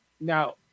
Now